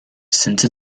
since